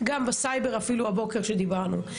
גם בסייבר הבוקר כשדיברנו.